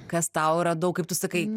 kas tau radau kaip tu sakai